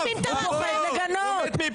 הוא מת מפחד.